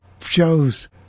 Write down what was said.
shows